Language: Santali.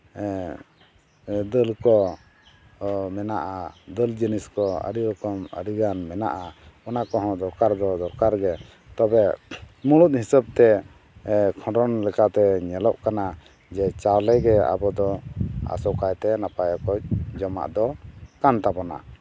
ᱫᱟᱹᱞ ᱠᱚ ᱢᱮᱱᱟᱜᱼᱟ ᱫᱟᱹᱞ ᱡᱤᱱᱤᱥ ᱠᱚ ᱟᱹᱰᱤ ᱨᱚᱠᱚᱢ ᱟᱹᱰᱤ ᱜᱟᱱ ᱢᱮᱱᱟᱜᱼᱟ ᱚᱱᱟ ᱠᱚ ᱦᱚᱸ ᱫᱚᱨᱠᱟᱨ ᱫᱚ ᱫᱚᱨᱠᱟᱜᱮ ᱛᱚᱵᱮ ᱢᱩᱬᱩᱫ ᱦᱤᱥᱟᱹᱵᱛᱮ ᱠᱷᱚᱫᱽᱨᱚᱸᱫᱽ ᱞᱮᱠᱟᱛᱮ ᱧᱮᱞᱚᱜ ᱠᱟᱱᱟ ᱡᱮ ᱪᱟᱣᱞᱮ ᱜᱮ ᱟᱵᱚ ᱫᱚ ᱟᱥᱚᱠᱟᱭᱛᱮ ᱱᱟᱯᱟᱭ ᱚᱠᱚᱡ ᱡᱚᱢᱟᱜ ᱫᱚ ᱠᱟᱱ ᱛᱟᱵᱚᱱᱟ